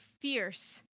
fierce